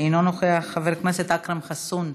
אינו נוכח, חבר הכנסת אכרם חסון,